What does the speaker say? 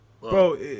Bro